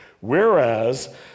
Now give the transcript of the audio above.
Whereas